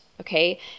Okay